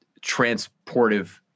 transportive